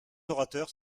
orateurs